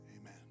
Amen